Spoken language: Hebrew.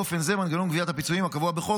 באופן זה מנגנון גביית הפיצויים הקבוע בחוק